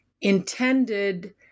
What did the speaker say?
intended